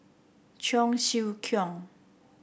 Cheong Siew Keong